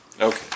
Okay